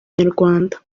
nyarwanda